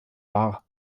wahr